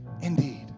indeed